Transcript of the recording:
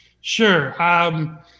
Sure